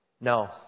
No